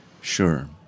Sure